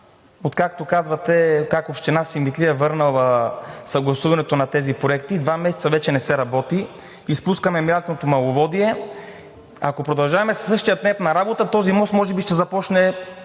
откакто казвате как община Симитли е върнала съгласуването на тези проекти, вече не се работи. Изпускаме лятното маловодие. Ако продължаваме със същия темп на работа, този мост може би ще започне